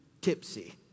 tipsy